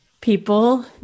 People